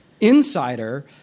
Insider